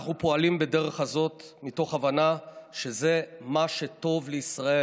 אנחנו פועלים בדרך הזאת מתוך הבנה שזה מה שטוב לישראל,